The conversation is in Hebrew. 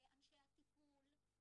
לאנשי הטיפול,